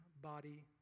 body